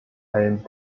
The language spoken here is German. allen